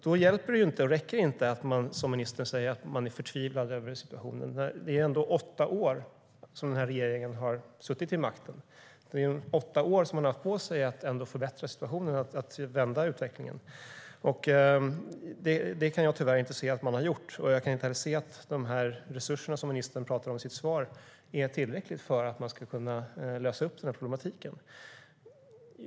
Då hjälper och räcker det inte att man som minister säger att man är förtvivlad över situationen. Den här regeringen har ändå suttit vid makten i åtta år. Man har haft åtta år på sig att förbättra situationen och vända utvecklingen. Det kan jag tyvärr inte se att man skulle ha gjort, och jag kan inte heller se att de resurser som ministern pratar om i sitt svar skulle vara tillräckliga för att lösa problemen.